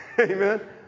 Amen